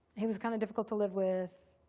he was kind of difficult to live with.